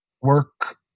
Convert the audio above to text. work